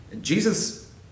Jesus